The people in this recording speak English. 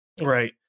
Right